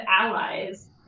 allies